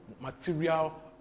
material